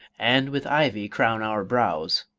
and with ivy crown our brows.